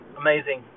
amazing